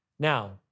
Now